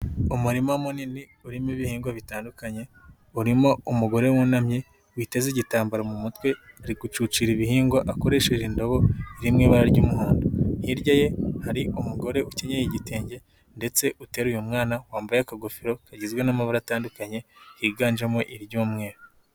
Umurima munini urimo ibihingwa bitandukanye urimo umugore wunamye witeze igitambaro mu mutwe ari gucucira ibihingwa akoresheje indobo iri mu ibara ry'umuhodo, hirya ye hari umugore ukenyeye igitenge ndetse uteruye umwana wambaye akagofero kagizwe n'amabara atandukanye higanjemo iry'umweru.